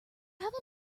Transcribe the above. have